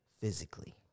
physically